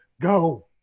go